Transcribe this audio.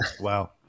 Wow